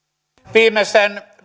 viimeisen